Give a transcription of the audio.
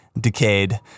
decayed